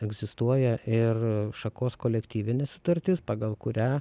egzistuoja ir šakos kolektyvinė sutartis pagal kurią